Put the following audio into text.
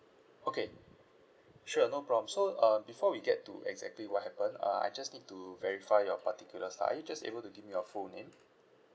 okay sure no problem so uh before we get to exactly what happened uh I just need to verify your particulars lah are just able to give me your full name